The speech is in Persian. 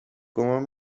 گمان